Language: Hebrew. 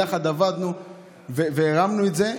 יחד עבדנו והרמנו את זה.